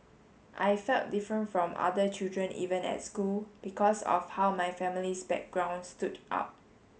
I felt different from other children even at school because of how my family's background stood out